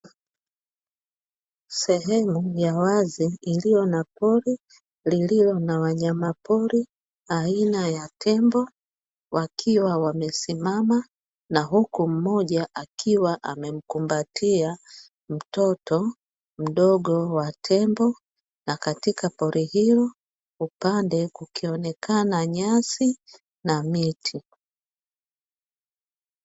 Sehemu ya wazi iliyo na poro, lililo na wanyama pori aina tembo, wakiwa amesimama na huku mwingine akiwa amemkumbatia mtoto mdogo wa tembo, na katika pori hilo upande kukionekana nyasi na miti.